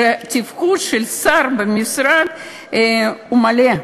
שתפקוד של שר במשרד הוא מלא,